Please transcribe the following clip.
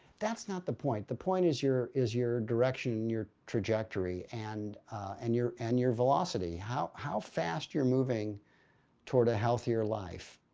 that's not the point. the point is your is your direction, your trajectory and and your and your velocity. how how fast you're moving toward a healthier life?